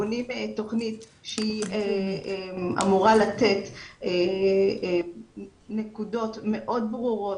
בונים תוכנית שהיא אמורה לתת נקודות מאוד ברורות.